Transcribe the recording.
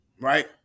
right